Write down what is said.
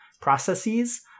processes